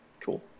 Cool